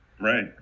right